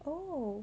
oh